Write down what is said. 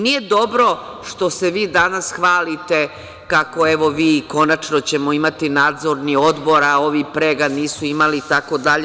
Nije dobro što se vi danas hvalite kako ćemo konačno imati Nadzorni odbor, a ovi pre ga nisu imali itd.